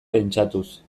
pentsatuz